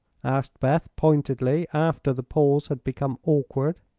asked beth, pointedly, after the pause had become awkward.